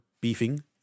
beefing